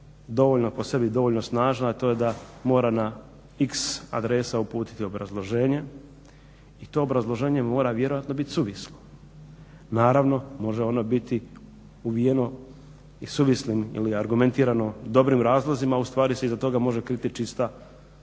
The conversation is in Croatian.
dovoljno po sebi, dovoljno snažna, a to je da mora na x adresa uputiti obrazloženje i to obrazloženje mora vjerojatno biti suvislo. Naravno, može ono biti uvijeno i suvislim ili argumentirano dobrim razlozima, a u stvari se iza toga može kriti čista pohlepa